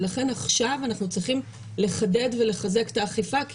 ולכן עכשיו אנחנו צריכים לחדד ולחזק את האכיפה כי